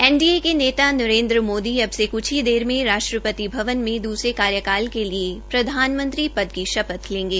NDA नेता नेता नरेन्द्र मोदी अब से कुछ ही देर में राष्ट्रपित में दूसरे कार्यक्रम के लिये प्रधानमंत्री पद की शपथ लेंगे